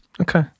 Okay